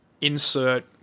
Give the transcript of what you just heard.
insert